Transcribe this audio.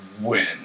win